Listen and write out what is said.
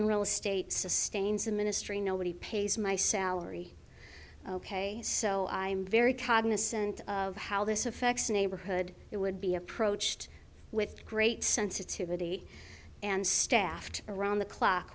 in real estate sustains a ministry nobody pays my salary ok so i'm very cognizant of how this affects neighborhood it would be approached with great sensitivity and staffed around the clock